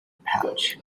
pouch